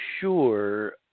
sure